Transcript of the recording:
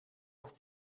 hast